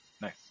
Nice